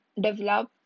develop